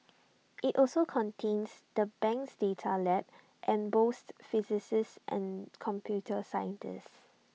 IT also contains the bank's data lab and boasts physicists and computer scientists